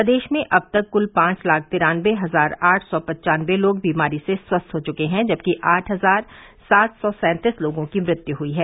प्रदेश में अब तक कुल पांच लाख तिरानबे हजार आठ सौ पंचानबे लोग बीमारी से स्वस्थ हो चुके हैं जबकि आठ हजार सात सौ सैंतीस लोगों की मृत्यु हुयी है